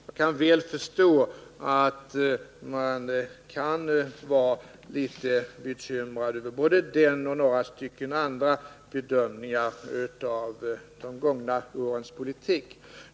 Jag kan väl förstå att man kan vara litet bekymrad över både den och några andra bedömningar av de gångna årens politik.